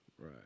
Right